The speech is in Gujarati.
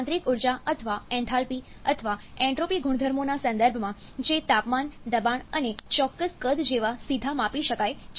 આંતરિક ઊર્જા અથવા એન્થાલ્પી અથવા એન્ટ્રોપી ગુણધર્મોના સંદર્ભમાં જે તાપમાન દબાણ અને ચોક્કસ કદ જેવા સીધા માપી શકાય છે